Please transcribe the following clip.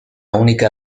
única